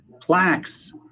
plaques